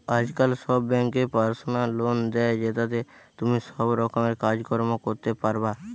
আজকাল সব বেঙ্কই পার্সোনাল লোন দে, জেতাতে তুমি সব রকমের কাজ কর্ম করতে পারবা